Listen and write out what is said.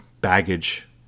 baggage